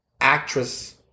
actress